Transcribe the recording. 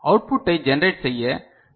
அவுட்புட்டை ஜெனரேட் செய்ய சி